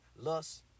lust